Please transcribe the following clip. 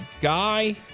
guy